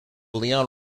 leon